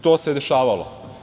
To se dešavalo.